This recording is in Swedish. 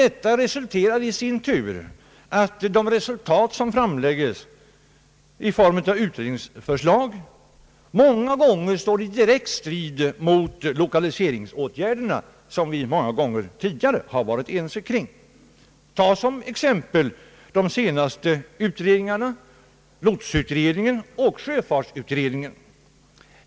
Detta för i sin tur med sig att de resultat som framlägges i form av utredningsförslag många gånger står i direkt strid med de lokaliseringsåtgärder som vi tidigare har varit ense om. Tag såsom exempel någon av de senaste utredningarna, lotsutredningen och sjöfartsutredningen.